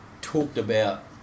talked-about